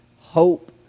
hope